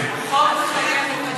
החוק מחייב עובד מדינה.